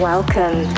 Welcome